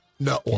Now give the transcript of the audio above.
No